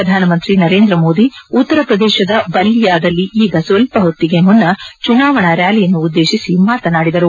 ಪ್ರಧಾನಮಂತ್ರಿ ನರೇಂದ್ರಮೋದಿ ಉತ್ತರಪ್ರದೇಶದ ಬಲ್ಲಿಯಾದಲ್ಲಿ ಈಗ ಸ್ವಲ್ಪಹೊತ್ತಿಗೆ ಮುನ್ನ ಚುನಾವಣಾ ರ್್ಯಾಲಿಯನ್ನು ಉದ್ದೇಶಿಸಿ ಮಾತನಾಡಿದರು